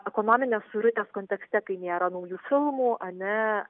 ekonominės suirutės kontekste kai nėra naujų filmų ar ne